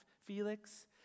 Felix